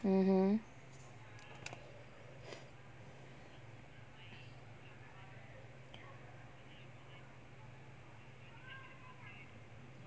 mmhmm